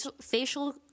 facial